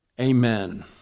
amen